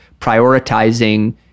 prioritizing